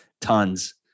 Tons